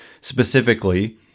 specifically